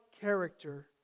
character